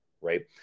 right